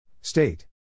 State